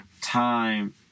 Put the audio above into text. time